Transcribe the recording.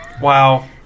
Wow